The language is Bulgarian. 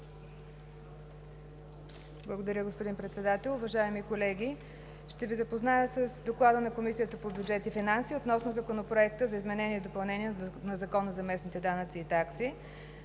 Благодаря, господин Председател. Уважаеми колеги, ще Ви запозная с „ДОКЛАД на Комисията по бюджет и финанси относно Законопроекта за изменение и допълнение на Закона за местните данъци и такси